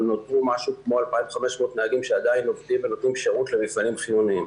נותרו כ-2,500 נהגים שעדיין עובדים ונותנים שירות למפעלים חיוניים.